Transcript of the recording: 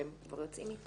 -- ש':